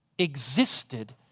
existed